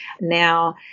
Now